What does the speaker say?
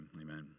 Amen